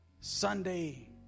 Sunday